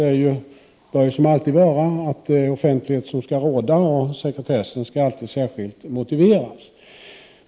Huvudregeln hos oss bör vara att offentlighet skall råda, och sekretessen skall alltid särskilt motiveras.